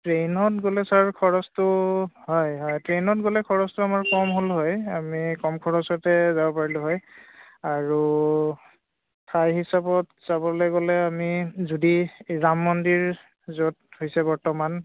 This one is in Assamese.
ট্ৰেইনত গ'লে ছাৰ খৰচটো হয় হয় ট্ৰেইনত গ'লে খৰচটো আমাৰ কম হ'ল হয় আমি কম খৰচতে যাব পাৰিলোঁ হয় আৰু ঠাই হিচাপত চাবলৈ গ'লে আমি যদি ৰাম মন্দিৰ য'ত হৈছে বৰ্তমান